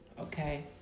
Okay